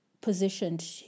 positioned